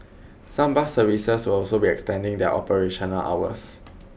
some bus services will also be extending their operational hours